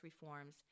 reforms